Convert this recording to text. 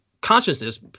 consciousness